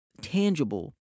tangible